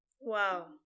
Wow